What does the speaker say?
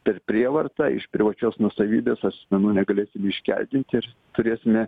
per prievartą iš privačios nuosavybės asmenų negalėsim iškeldinti ir turėsime